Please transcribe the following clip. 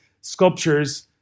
sculptures